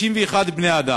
61 בני-אדם,